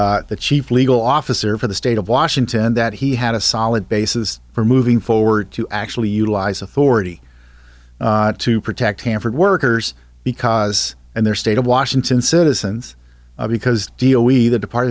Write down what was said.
e the chief legal officer for the state of washington that he had a solid basis for moving forward to actually utilize authority to protect hanford workers because in their state of washington citizens because deo either depart